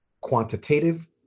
quantitative